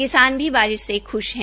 किसान भी बारिश से खुश है